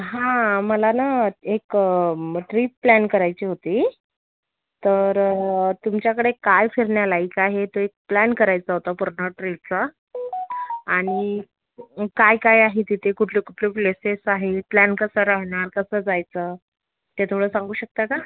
हां मला ना एक ट्रीप प्लॅन करायची होती तर तुमच्याकडे काय फिरण्यालायक आहे तो एक प्लॅन करायचा होता पूर्ण ट्रीपचा आणि काय काय आहे तिथे कुठले कुठले प्लेसेस आहे प्लॅन कसा राहणार कसं जायचं ते थोडं सांगू शकता का